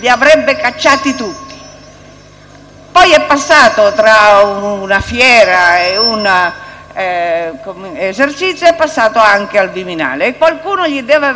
esercizio è passato anche al Viminale e qualcuno deve avergli detto che non è possibile procedere perché non ci sono i trattati di rimpatrio, tant'è vero